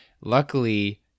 Luckily